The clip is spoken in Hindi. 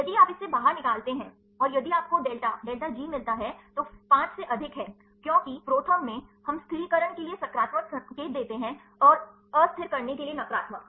यदि आप इसे बाहर निकालते हैं और यदि आपको डेल्टा डेल्टा G मिलता है तो 5 से अधिक है क्योंकि ProTherm में हम स्थिरीकरण के लिए सकारात्मक संकेत देते हैं और अस्थिर करने के लिए नकारात्मक